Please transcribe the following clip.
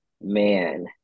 Man